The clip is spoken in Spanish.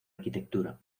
arquitectura